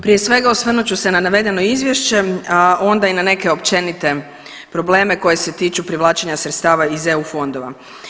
Prije svega osvrnut ću se na navedeno izvješće, a on da i na neke općenite probleme koji se tiču privlačenja sredstava iz EU fondova.